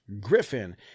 Griffin